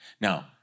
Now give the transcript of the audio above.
Now